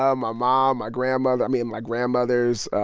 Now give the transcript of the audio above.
ah my mom, my grandmother i mean, my grandmothers.